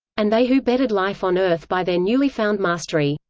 and they who bettered life on earth by their newly found mastery.